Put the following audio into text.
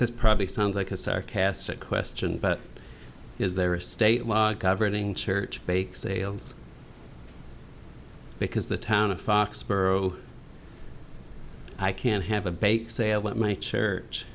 this probably sounds like a sarcastic question but is there a state law governing church bake sales because the town of foxborough i can't have a bake sale at my church